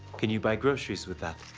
can you buy groceries with that?